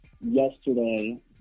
yesterday